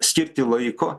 skirti laiko